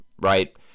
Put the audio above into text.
right